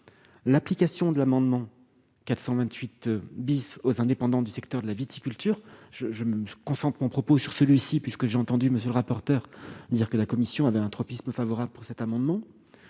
prévu dans l'amendement n° 428 rectifié aux indépendants du secteur de la viticulture- je concentre mon propos sur celui-ci puisque j'ai entendu M. le rapporteur dire que la commission avait un tropisme favorable pour cet amendement